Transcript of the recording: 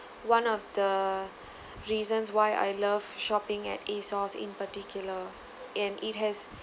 one of the reasons why I love shopping at ASOS in particular and it has